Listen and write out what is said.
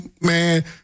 man